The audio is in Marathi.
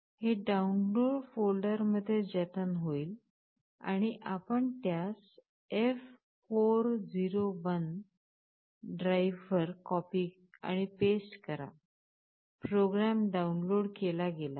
हे डाउनलोड फोल्डर मध्ये जतन होईल आणि आपण त्यास F401 ड्राइव्हवर कॉपी आणि पेस्ट करा प्रोग्राम डाउनलोड केला गेला आहे